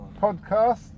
podcast